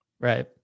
Right